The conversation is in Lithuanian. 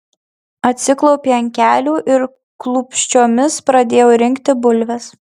atsiklaupė ant kelių ir klūpsčiomis pradėjo rinkti bulves